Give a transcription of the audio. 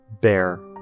Bear